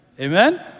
Amen